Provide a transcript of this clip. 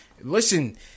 Listen